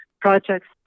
projects